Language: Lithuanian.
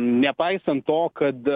nepaisant to kad